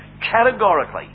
categorically